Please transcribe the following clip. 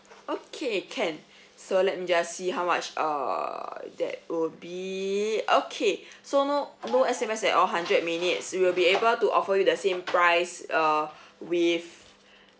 okay can so let me just see how much err that would be okay so no no S_M_S at all hundred minutes we'll be able to offer you the same price uh with